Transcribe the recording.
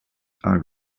are